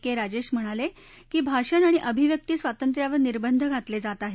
के राजेश म्हणाले की भाषण आणि अभिव्यक्ती स्वातंत्र्यावरं निर्बंध घातले जात आहेत